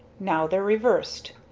now they're reversed.